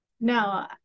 No